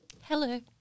Hello